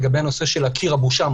לגבי הנושא של קיר הבושה.